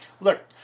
look